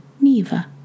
Neva